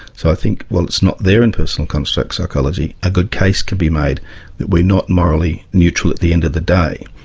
so i think while it's not there in personal construct psychology, a good case could be made that we are not morally neutral at the end of the day.